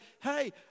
hey